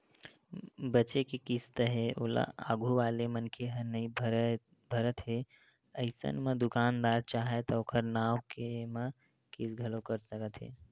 बचें के किस्त हे ओला आघू वाले मनखे ह नइ भरत हे अइसन म दुकानदार चाहय त ओखर नांव म केस घलोक कर सकत हे